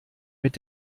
mit